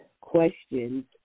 questions